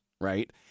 right